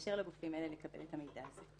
ולאפשר לגופים האלה לקבל את המידע הזה.